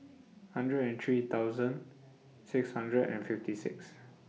hundred and three thousand six hundred and fifty six